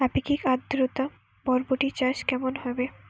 আপেক্ষিক আদ্রতা বরবটি চাষ কেমন হবে?